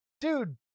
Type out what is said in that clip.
Dude